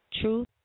truth